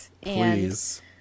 Please